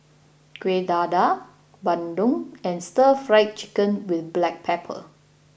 Kuih Dadar Bandung and Stir Fry Chicken with Black Pepper